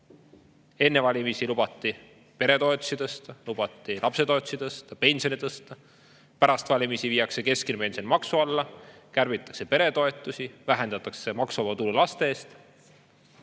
Enne valimisi lubati peretoetusi tõsta, lubati lapsetoetusi tõsta, pensione tõsta. Pärast valimisi viiakse keskmine pension maksu alla, kärbitakse peretoetusi, vähendatakse maksuvaba tulu laste eest.